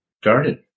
started